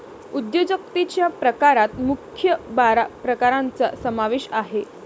उद्योजकतेच्या प्रकारात मुख्य बारा प्रकारांचा समावेश आहे